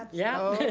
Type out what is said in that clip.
yeah,